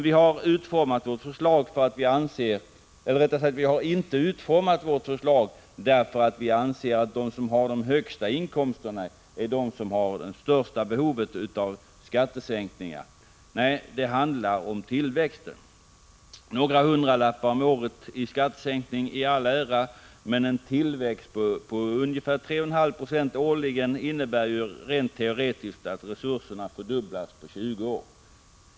Vi har inte utformat vårt förslag därför att vi anser att de som har de högsta inkomsterna är de som har störst behov av skattesänkningar. Nej, det handlar om tillväxten. Några hundralappar om året i skattesänkning i all ära, men en tillväxt på ungefär 3,5 96 årligen innebär ju rent teoretiskt att resurserna fördubblas på 20 år.